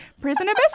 Prisoner